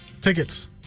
tickets